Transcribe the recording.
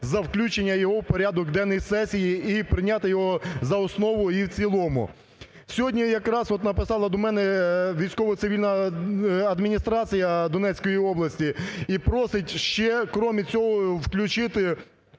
за включення його в порядок денний сесії і прийняти його за основу і в цілому. Сьогодні якраз от написала до мене військово-цивільна адміністрація Донецької області і просить ще крім цього включити